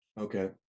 okay